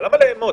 אבל למה לאמוד?